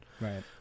Right